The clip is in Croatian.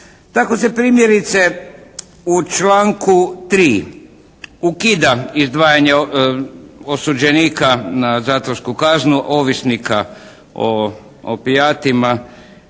Tako se primjerice u članku 3. ukida izdvajanje osuđenika na zatvorsku kaznu ovisnika o opijatima